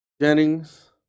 Jennings